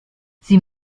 sie